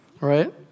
right